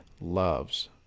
loves